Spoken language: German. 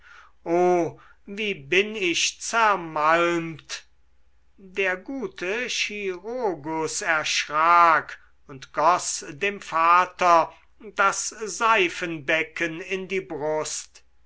o wie bin ich zermalmt der gute chirurgus erschrak und goß dem vater das seifenbecken in die brust